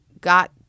got